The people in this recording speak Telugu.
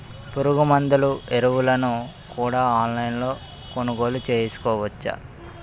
పురుగుమందులు ఎరువులను కూడా ఆన్లైన్ లొ కొనుగోలు చేయవచ్చా?